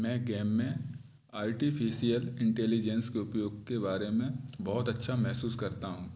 मैं गेम में artificial intelligence के उपयोग के बारे में बहोत अच्छा महसूस करता हूँ